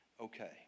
okay